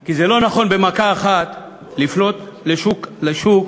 כי לא נכון במכה אחת לפנות לשוק